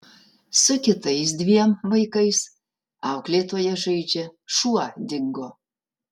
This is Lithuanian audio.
su kitais dviem vaikais auklėtoja žaidžia šuo dingo